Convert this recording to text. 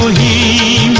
e